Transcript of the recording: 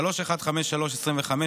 פ/3153/25,